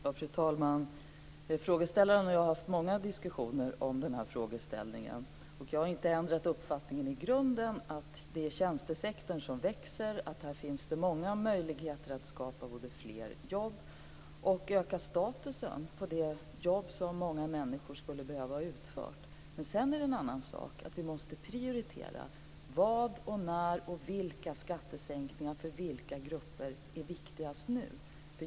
Fru talman! Frågeställaren och jag har haft många diskussioner om den här frågan. Jag har inte ändrat uppfattningen i grunden, att det är tjänstesektorn som växer, att där finns det många möjligheter att både skapa fler jobb och öka statusen på de jobb som många människor skulle behöva ha utförda. Sedan är det en annan sak att vi måste prioritera vad och när och vilka skattesänkningar för vilka grupper som är viktigast nu.